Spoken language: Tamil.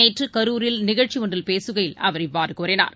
நேற்றுகரூரில் நிகழ்ச்சிஒன்றில் பேசுகையில் அவர் இவ்வாறுகூறினார்